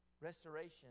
Restoration